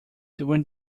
during